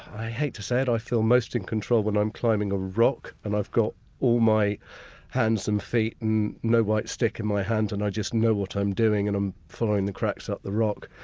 i hate to say it, i feel most in control when i'm climbing a rock and i've got all my hands and feet and no white stick in my hand and i just know what i'm doing and i'm following the cracks up the rock.